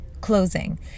closing